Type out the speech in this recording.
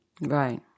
Right